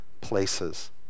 places